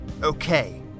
Okay